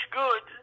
good